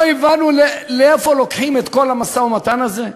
לא הבנו לאן לוקחים את כל המשא-ומתן הזה?